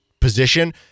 position